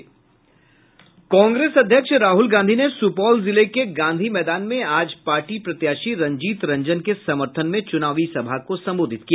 कांग्रेस अध्यक्ष राहुल गांधी ने सुपौल जिले के गांधी मैदान में आज पार्टी प्रत्याशी रंजीत रंजन के समर्थन में चुनाव सभा को संबोधित किया